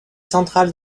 centrale